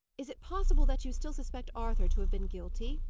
is it possible that you still suspect arthur to have been guilty?